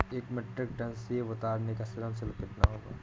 एक metric tonne सेव उतारने का श्रम शुल्क कितना होगा?